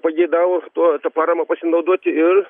pageidavo tuo ta parama pasinaudoti ir